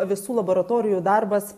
visų laboratorijų darbas